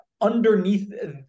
underneath